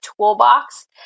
toolbox